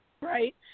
right